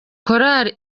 korali